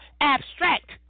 abstract